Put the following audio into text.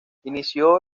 inició